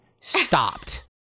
Stopped